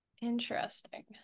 Interesting